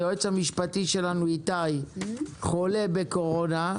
היועץ המשפטי שלנו איתי חולה בקורונה.